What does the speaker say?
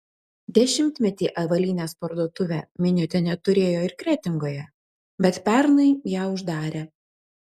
dešimtmetį avalynės parduotuvę miniotienė turėjo ir kretingoje bet pernai ją uždarė